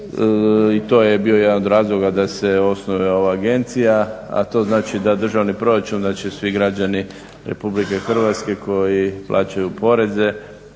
I to je bio jedan od razloga da se osnuje ova agencija a to znači da državni proračun, da će svi građani Republike Hrvatske koji plaćaju poreze,